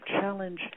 challenge